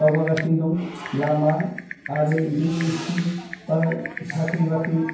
दावगागासिनो दं लामा आरो बिदिनो स्कुल बा साख्रि बाख्रि